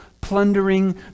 plundering